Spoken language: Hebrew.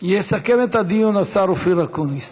יסכם את הדיון השר אופיר אקוניס.